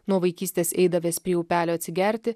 nuo vaikystės eidavęs prie upelio atsigerti